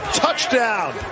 touchdown